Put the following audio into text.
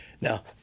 now